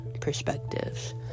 perspectives